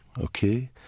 okay